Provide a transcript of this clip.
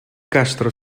castro